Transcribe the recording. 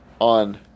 on